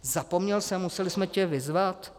Zapomněl jsi, museli jsme tě vyzvat?